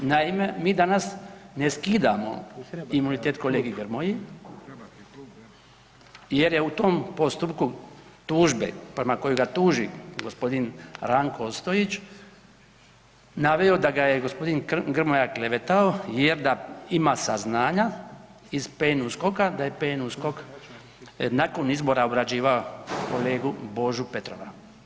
Naime, mi danas ne skidamo imunitet kolegi Grmoji jer je u tom postupku tužbe prema kojoj ga tuži gospodin Ranko Ostojić naveo da ga je gospodin Grmoja klevetao jer da ima saznanja iz PNUSKOK-a, da je PNUSKOK nakon izbora obrađivao kolegu Božu Petrova.